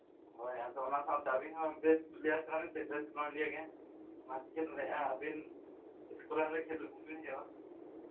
ᱦᱳᱭ ᱟᱫᱚ ᱚᱱᱟ ᱥᱟᱶᱛᱮ ᱟᱹᱵᱤᱱ ᱦᱚᱸ ᱵᱮᱥᱴ ᱯᱞᱮᱭᱟᱨ ᱠᱟᱱᱟ ᱵᱤᱱ ᱥᱮ ᱵᱮᱥ ᱚᱱᱟ ᱪᱤᱠᱟᱹ ᱫᱟᱲᱮᱭᱟᱜᱼᱟ ᱟᱹᱵᱤᱱ ᱦᱩᱭᱩᱜᱼᱟ